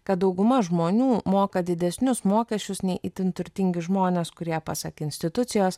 kad dauguma žmonių moka didesnius mokesčius nei itin turtingi žmonės kurie pasak institucijos